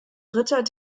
ritter